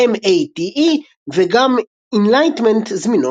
Cinnamon, MATE וגם Enlightenment זמינות.